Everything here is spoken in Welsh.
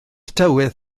tywydd